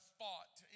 fought